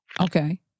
Okay